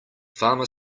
farmer